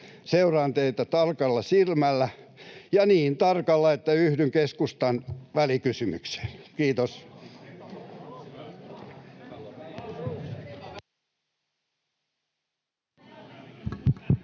seuraan teitä tarkalla silmällä, ja niin tarkalla, että yhdyn keskustan välikysymykseen. — Kiitos.